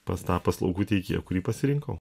pas tą paslaugų teikėją kurį pasirinkau